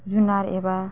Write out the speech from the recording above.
जुनार एबा